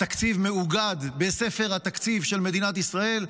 תקציב מאוגד בספר התקציב של מדינת ישראל,